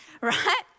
right